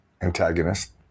antagonist